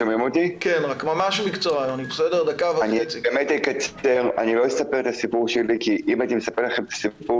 אני לא אספר את הסיפור שלי כי אם הייתי מספר לכם את הסיפור